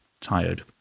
tired